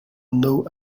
know